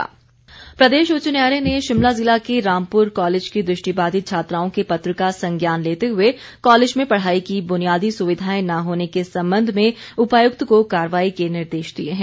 high court प्रदेश उच्च न्यायालय ने शिमला जिला के रामपुर कॉलेज की दृष्टिबाधित छात्राओं के पत्र का संज्ञान लेते हुए कॉलेज में पढ़ाई की बुनियादी सुविधाएं न होने के संबंध में उपायुक्त को कार्रवाई के निर्देश दिए हैं